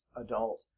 adult